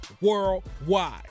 Worldwide